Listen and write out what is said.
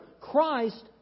Christ